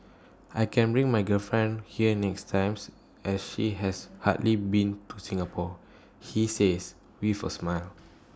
I can bring my girlfriend here next times as she has hardly been to Singapore he says with A smile